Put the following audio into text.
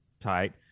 tight